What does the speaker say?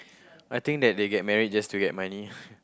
I think that they get married just to get money